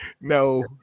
No